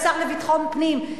יש שר לביטחון הפנים.